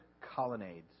colonnades